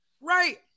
Right